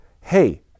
hey